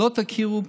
לא תכירו פנים,